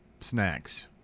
snacks